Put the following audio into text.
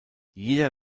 jeder